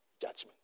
judgment